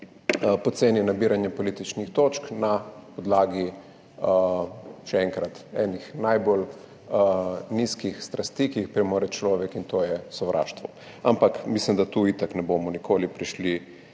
poceni nabiranje političnih točk na podlagi, še enkrat, ene najbolj nizkih strasti, ki jih premore človek, in to je sovraštvo. Ampak mislim, da tu itak ne bomo nikoli prišli